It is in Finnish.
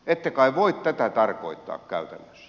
ette kai voi tätä tarkoittaa käytännössä